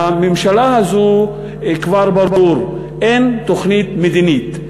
לממשלה הזו, כבר ברור, אין תוכנית מדינית.